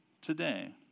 today